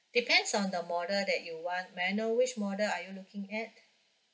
depends on the model that you want may I know which model are you looking at